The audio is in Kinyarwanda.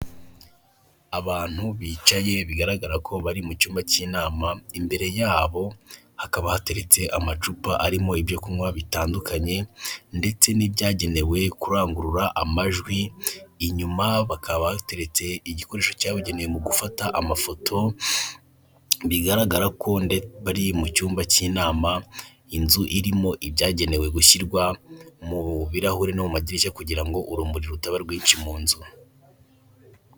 Abantu bicaye bigaragara ko bari mu cyumba cy'inama imbere yabo hakaba hateretse amacupa arimo ibyo kunywa bitandukanye, ndetse n'ibyagenewe kurangurura amajwi, inyuma hakaba hateretse igikoresho cyabugenewe mu gufata amafoto bigaragara ko bari mu cyumba cy'inama, inzu irimo ibyagenewe gushyirwa mu birahure no mu madirishya kugirango urumuri rutaba rwinshi mu nzu.